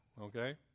okay